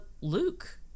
Luke